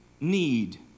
need